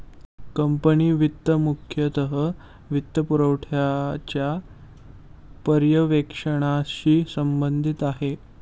company वित्त मुख्यतः वित्तपुरवठ्याच्या पर्यवेक्षणाशी संबंधित आहे